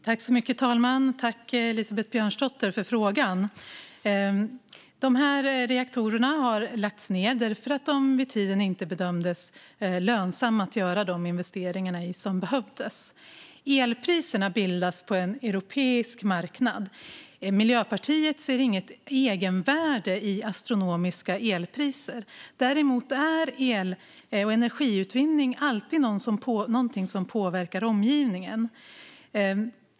Herr talman! Tack, Elisabeth Björnsdotter, för frågan! Dessa reaktorer lades ned därför att det vid den tiden inte bedömdes lönsamt att göra de investeringar i dem som behövdes. Elpriserna bildas på en europeisk marknad. Miljöpartiet ser inget egenvärde i astronomiska elpriser. El och energiutvinning är dock alltid något som påverkar omgivningen.